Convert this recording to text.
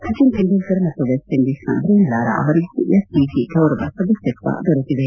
ಸಚಿನ್ ತೆಂಡುಲ್ಕರ್ ಮತ್ತು west Indies ನ ಜ್ರೇನ್ ಲಾರಾ ಅವರಿಗೂ ಎಸ್ಸಜಿ ಗೌರವ ಸದಸ್ಥತ್ವ ದೊರೆತಿದೆ